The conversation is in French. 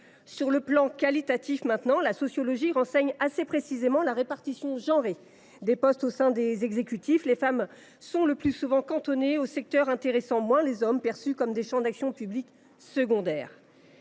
Sur le plan qualitatif, ensuite : la sociologie, qui renseigne assez précisément la répartition genrée des postes au sein des exécutifs, montre que les femmes sont le plus souvent cantonnées aux secteurs intéressant moins les hommes, car perçus comme des champs secondaires